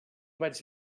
vaig